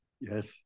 Yes